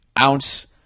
ounce